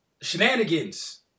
Shenanigans